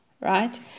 right